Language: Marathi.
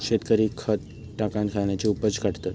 शेतकरी खत टाकान धान्याची उपज काढतत